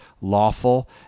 lawful